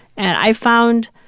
and i found,